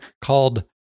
called